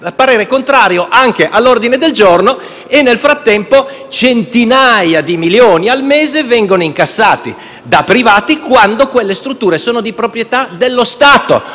parere è contrario anche sull'ordine del giorno e nel frattempo centinaia di milioni al mese vengono incassati da privati quando le strutture sono di proprietà dello Stato.